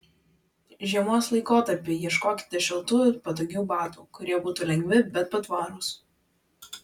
žiemos laikotarpiui ieškokite šiltų ir patogių batų kurie būtų lengvi bet patvarūs